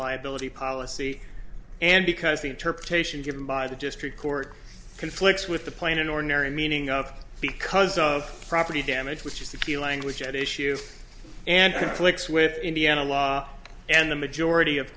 liability policy and because the interpretation given by the district court conflicts with the plan an ordinary meaning of because of property damage which is the key language at issue and conflicts with indiana law and the majority of